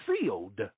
sealed